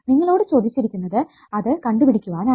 നിങ്ങളോടു ചോദിച്ചിരിക്കുന്നത് അത് കണ്ടുപിടിക്കുവാനാണ്